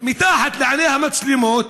מתחת לעיני המצלמות,